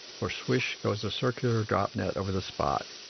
for swish goes a circular drop-net over the spot,